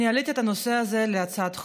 אני העליתי את הנושא הזה כהצעת חוק,